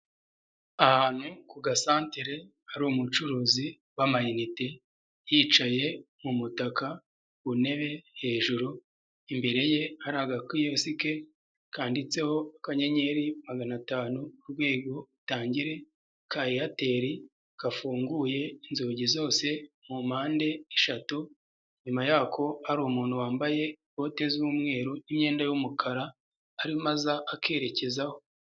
Ahantu ku gasantere hari umucuruzi w'amayinite yicaye mu mutaka ku ntebe hejuru. Imbere ye hari agakiyosi ke kanditseho akanyenyeri magana atanu urwego itangire ka Airtel gafunguye inzugi zose mu mpande eshatu. Inyuma yako hari umuntu wambaye bote z'umweru n'imyenda y'umukara arimo akerekezaho.